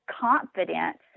confidence